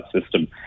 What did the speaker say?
system